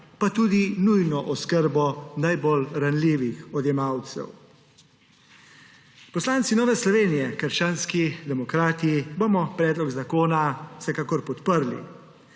pa tudi nujno oskrbo najbolj ranljivih odjemalcev. Poslanci Nove Slovenije - krščanski demokrati bomo predlog zakona vsekakor podprli.